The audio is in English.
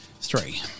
Three